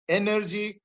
energy